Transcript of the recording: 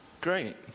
Great